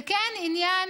זה כן עניין,